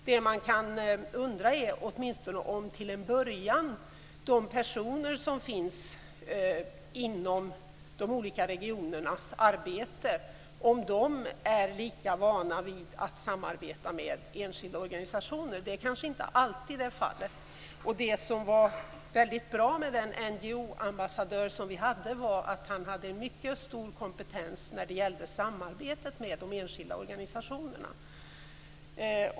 Men man kan undra om de personer som finns inom de olika regionernas arbete åtminstone till en början är lika vana vid att samarbeta med enskilda organisationer. Det kanske inte alltid är fallet. Det som var så bra med den NGO-ambassadör som fanns var hans mycket stora kompetens när det gällde samarbetet med de enskilda organisationerna.